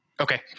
Okay